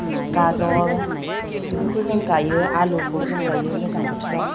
गाजर बेफोरखौ जों गायो आलुखौ जों गायो गोजां बोथोराव